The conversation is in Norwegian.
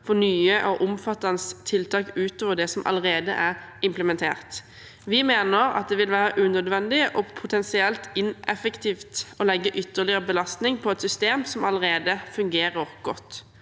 for nye og omfattende tiltak utover det som allerede er implementert. Vi mener det ville være unødvendig og potensielt ineffektivt å legge ytterligere belastning på et system som allerede fungerer godt.